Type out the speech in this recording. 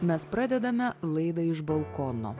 mes pradedame laidą iš balkono